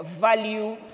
value